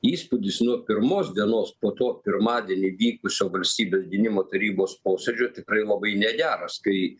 įspūdis nuo pirmos dienos po to pirmadienį vykusio valstybės gynimo tarybos posėdžio tikrai labai negeras kai